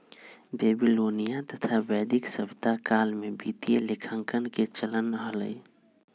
Babylonian तथा वैदिक सभ्यता काल में वित्तीय लेखांकन के चलन हलय